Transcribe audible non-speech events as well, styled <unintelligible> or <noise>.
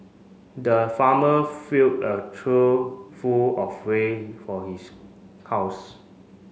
the farmer filled a trough full of <unintelligible> for his house